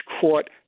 court